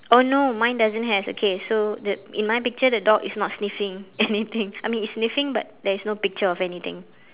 oh no mine doesn't have okay so the in my picture the dog is not sniffing anything I mean it's sniffing but there is no picture of anything